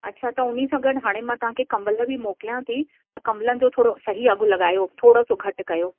अच्छा त हुनसां गॾु हाणे मां तव्हांखे कंबल बि मोकिलियां थी कंबलनि जो थोरो सही अघि लॻायो थोरो सो घटि कयो